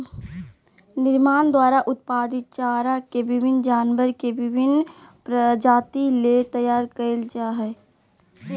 निर्माण द्वारा उत्पादित चारा के विभिन्न जानवर के विभिन्न प्रजाति ले तैयार कइल जा हइ